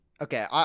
Okay